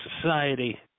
society